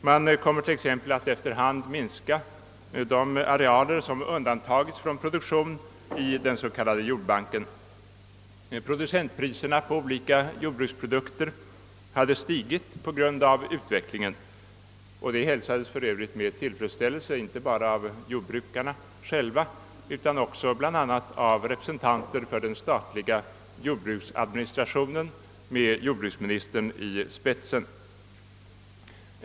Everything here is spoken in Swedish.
Man kommer t.ex. att efter hand minska de arealer som undantagits från produktion i den s.k. jordbanken. Producentpriserna på olika jordbruksprodukter hade stigit på grund av utvecklingen, och det hälsades för övrigt med tillfredsställelse inte bara av jordbrukarna själva utan också av representanter för den statliga jordbruksadministrationen med jordbruksministern i spetsen.